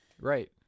Right